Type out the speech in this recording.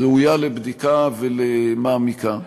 ראויה לבדיקה מעמיקה,